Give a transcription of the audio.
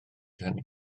hynny